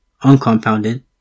uncompounded